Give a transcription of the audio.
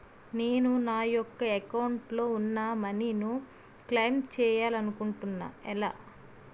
నేను నా యెక్క అకౌంట్ లో ఉన్న మనీ ను క్లైమ్ చేయాలనుకుంటున్నా ఎలా?